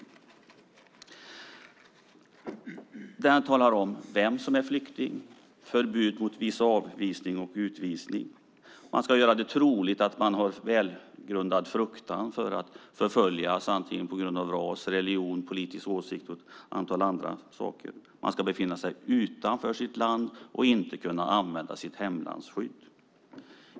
Lagen talar om vem som är flykting och handlar om förbud mot viss avvisning och utvisning. Man ska göra det troligt att man har en välgrundad fruktan för förföljelse på grund av ras, religion, politisk åsikt och ett antal andra saker. Man ska befinna sig utanför sitt land och inte kunna använda sitt hemlands skydd.